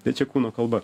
tai čia kūno kalba